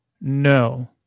no